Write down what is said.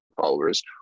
followers